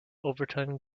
overtime